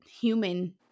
human